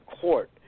Court